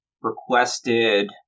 requested